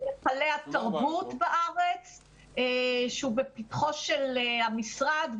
-- של היכלי התרבות בארץ שהוא בפתחו של המשרד,